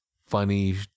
funny